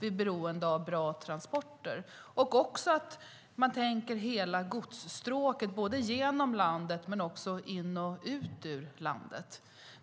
är beroende av bra transporter. Man måste tänka på hela godsstråk genom landet och också in i och ut ur landet.